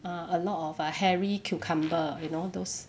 ah a lot of hairy cucumber you know those